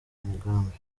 mugambi